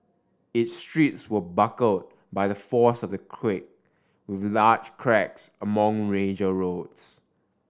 its streets were buckled by the force of the quake with large cracks along major roads